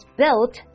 built